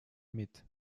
mit